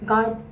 God